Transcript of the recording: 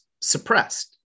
suppressed